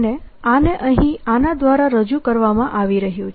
અને આને અહીં આના દ્વારા રજૂ કરવામાં આવી રહ્યું છે